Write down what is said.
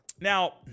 now